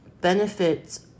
benefits